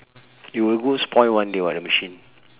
it will go spoil one day [what] the machine